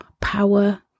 power